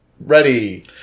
Ready